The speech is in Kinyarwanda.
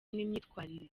n’imyitwarire